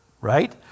right